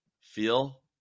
Feel